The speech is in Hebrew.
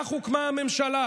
כך הוקמה הממשלה,